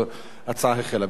ההצבעה החלה.